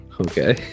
Okay